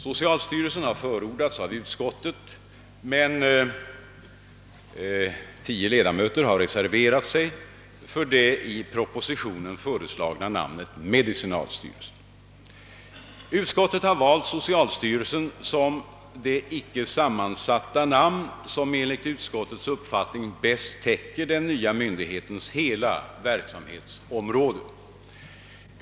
»Socialstyrelsen» har förordats av utskottet, men tio ledamöter har reserverat sig för det i propositionen förslagna namnet »medicinalstyrelsen». Utskottet har valt »socialstyrelsen» som det icke sammansatta namn som enligt utskottets uppfattning bäst täcker den nya myndighetens nya verksamhetsområde.